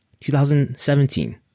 2017